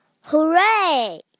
Hooray